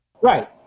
Right